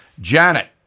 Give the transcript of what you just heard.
Janet